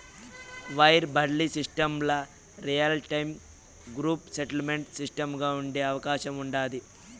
wire బడిలీ సిస్టమ్ల real time group settlement సిస్టముగా ఉండే అవకాశం ఉండాది